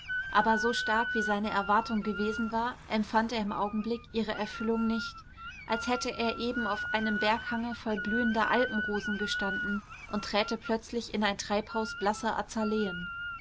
aber so stark wie seine erwartung gewesen war empfand er im augenblick ihre erfüllung nicht als hätte er eben auf einem berghange voll blühender alpenrosen gestanden und träte plötzlich in ein treibhaus blasser azaleen